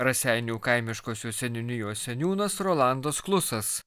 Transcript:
raseinių kaimiškosios seniūnijos seniūnas rolandas klusas